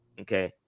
okay